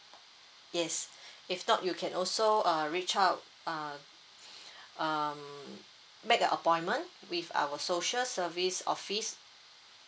yes if not you can also uh reach out uh um make a appointment with our social service office